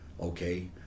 Okay